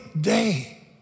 day